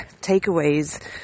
takeaways